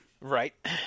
Right